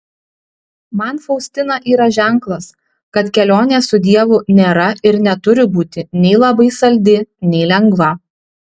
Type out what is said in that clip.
man faustina yra ženklas kad kelionė su dievu nėra ir neturi būti nei labai saldi nei lengva